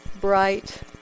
bright